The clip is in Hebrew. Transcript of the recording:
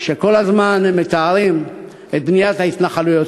שכל הזמן מתארים את בניית ההתנחלויות.